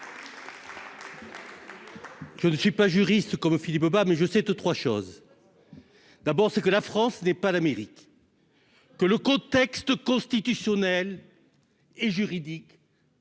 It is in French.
Je ne suis pas juriste comme Philippe veut pas mais je sais que 3 choses : d'abord ce que la France n'est pas l'Amérique, que le code textes constitutionnels et juridiques